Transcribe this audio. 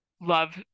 love